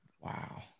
Wow